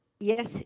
Yes